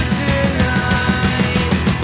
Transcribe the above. tonight